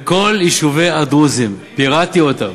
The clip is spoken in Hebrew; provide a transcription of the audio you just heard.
כל יישובי הדרוזים, פירטתי אותם,